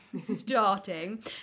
starting